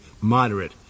moderate